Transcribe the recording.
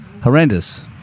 Horrendous